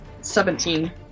Seventeen